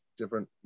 different